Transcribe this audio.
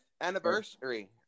anniversary